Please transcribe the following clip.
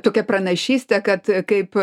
tokią pranašystę kad kaip